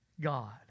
God